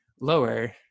lower